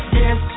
yes